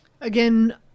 Again